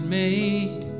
made